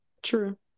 True